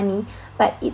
money but it